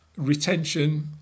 Retention